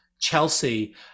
Chelsea